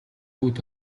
үүд